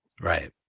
right